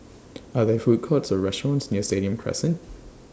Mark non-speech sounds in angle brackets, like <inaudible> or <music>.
<noise> Are There Food Courts Or restaurants near Stadium Crescent